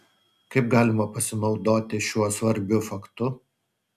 kaip galima pasinaudoti šiuo svarbiu faktu